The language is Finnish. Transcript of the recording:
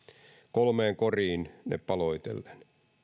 kolmeen koriin ne paloitellen